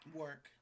work